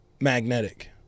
magnetic